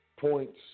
points